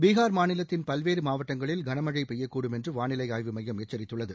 பீகார் மாநிலத்தின் பல்வேறு மாவட்டங்களில் கனமழை பெய்யக்கூடும் என்று வாளிலை ஆய்வு மையம் எச்சரித்துள்ளது